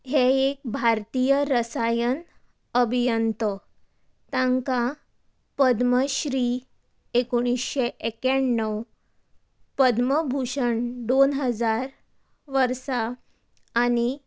हे एक भारतीय रसायन अभियंतो तांकां पद्मश्री एकोणिशें एक्याण्णव पद्मभुशण डोन हजार वर्सा आनी